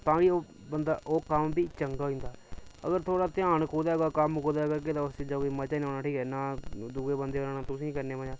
ताई ओह् कम्म बी चंगा होई जंदा अगर तुं'दा ध्यान कुदै होगा ते कम्म कुदै होगा ते इस चिजें च कोई मजा नीं औना नां तुसेंगी औना नां दूए बंदे गी औना